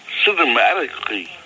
cinematically